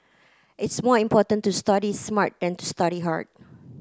it's more important to study smart than to study hard